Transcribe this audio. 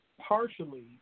partially